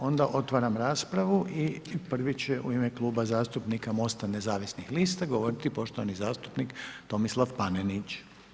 Onda otvaram raspravu i prvi će u ime Kluba zastupnika MOST-a nezavisnih lista govoriti poštovani zastupnik Tomislav Panenić.